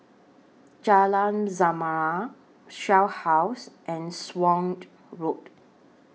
Jalan Zamrud Shell House and Swanage Road